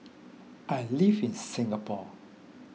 I live in Singapore